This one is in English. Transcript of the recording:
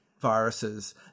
viruses